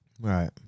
Right